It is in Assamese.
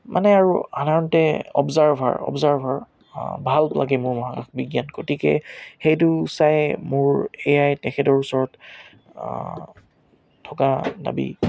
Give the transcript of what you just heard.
মানে আৰু সাধাৰণতে অৱজাৰ্ভাৰ অৱজাৰ্ভাৰ ভাল লাগে মোৰ মহাকাশ বিজ্ঞান গতিকে সেইটো চাই মোৰ সেয়াই তেখেতৰ ওচৰত থকা দাবী